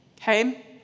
Okay